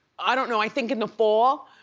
i don't know, i think in the fall,